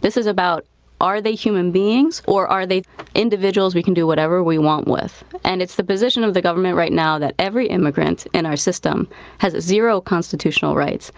this is about are they human beings or are they individuals we can do whatever we want with? and it's the position of the government right now that every immigrant in our system has zero constitutional rights